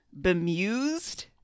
bemused